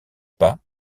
pas